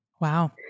Wow